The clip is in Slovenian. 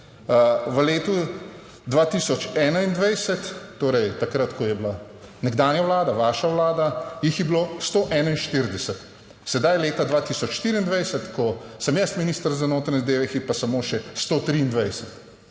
V letu 2021, torej takrat, ko je bila nekdanja Vlada, vaša Vlada, jih je bilo 141, sedaj leta 2024, ko sem jaz minister za notranje zadeve, jih je pa samo še 123,